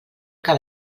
que